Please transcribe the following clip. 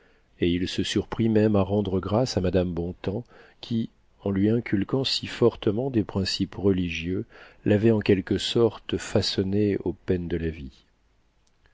et il se surprit même à rendre grâce à madame bontems qui en lui inculquant si fortement des principes religieux l'avait en quelque sorte façonnée aux peines de la vie